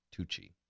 Tucci